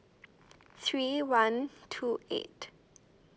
three one two eight